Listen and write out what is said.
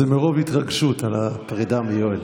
זה מרוב התרגשות על הפרידה מיואל.